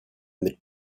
mit